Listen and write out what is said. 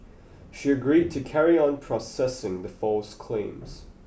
she agreed to carry on processing the false claims